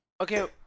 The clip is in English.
Okay